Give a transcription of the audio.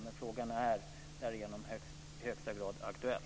Men frågan är därigenom i högsta grad aktuell.